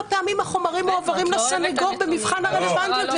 פעמים החומרים מועברים לסנגור במבחן הרלוונטיות.